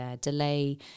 delay